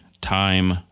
time